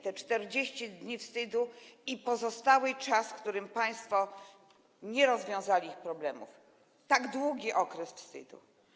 To 40 dni wstydu plus pozostały czas, w którym państwo nie rozwiązali ich problemów - tak długi okres wstydu.